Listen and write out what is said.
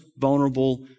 vulnerable